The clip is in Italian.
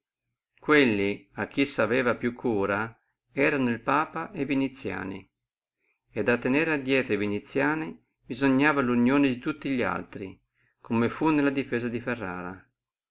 quelli a chi si aveva più cura erano papa e viniziani et a tenere indrieto viniziani bisognava la unione di tutti li altri come fu nella difesa di ferrara